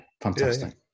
fantastic